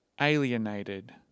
alienated